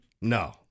No